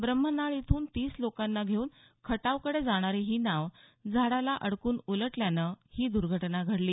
ब्रह्मनाळ इथून तीस लोकांना घेऊन खटावकडे जाणारी ही नाव झाडाला अडकून उलटल्यानं ही दुर्घटना घडली